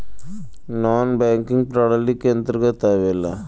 नानॅ banking प्रणाली के अंतर्गत आवेला